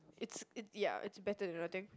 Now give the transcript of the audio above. it's it's yeah it's better than nothing